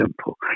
simple